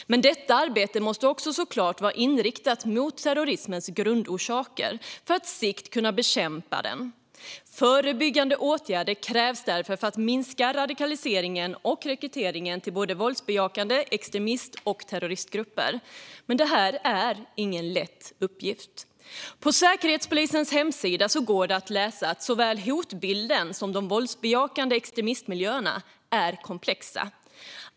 Men detta arbete måste vara inriktat mot terrorismens grundorsaker för att på sikt kunna bekämpa dem. Förebyggande åtgärder krävs därför för att minska radikalisering och rekrytering till våldsbejakande extremist och terroristgrupper. Men det här är ingen lätt uppgift. På Säkerhetspolisens hemsida framgår att såväl hotbilden som de våldsbejakande extremistmiljöerna är komplexa.